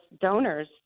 donors